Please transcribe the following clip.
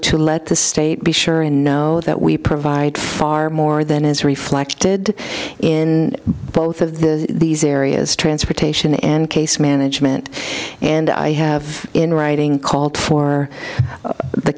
two let the state be sure and know that we provide far more than is reflected in both of the these areas transportation and case management and i have in writing called for the